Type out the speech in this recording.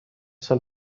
سال